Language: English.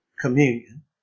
communion